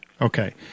Okay